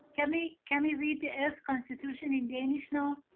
can we, can we read the earth constitution in danish now?